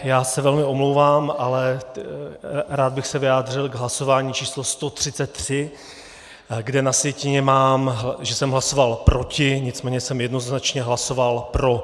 Já se velmi omlouvám, ale rád bych se vyjádřil k hlasování číslo 133, kde na sjetině mám, že jsem hlasoval proti, nicméně jsem jednoznačně hlasoval pro.